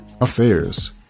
Affairs